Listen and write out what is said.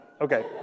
Okay